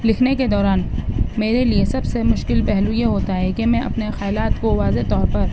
لکھنے کے دوران میرے لیے سب سے مشکل پہلو یہ ہوتا ہے کہ میں اپنے خیالات کو واضح طور پر